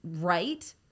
right